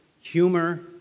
humor